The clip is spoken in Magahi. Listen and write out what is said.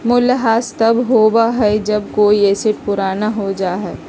मूल्यह्रास तब होबा हई जब कोई एसेट पुराना हो जा हई